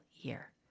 year